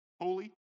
holy